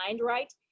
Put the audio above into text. right